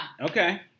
Okay